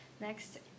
Next